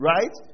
Right